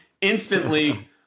instantly